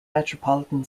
metropolitan